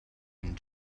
and